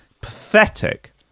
pathetic